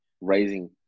raising